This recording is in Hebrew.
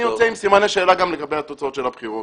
אני יוצא עם סימני שאלה גם לגבי התוצאות של הבחירות.